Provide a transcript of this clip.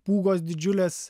pūgos didžiulės